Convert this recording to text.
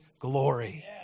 glory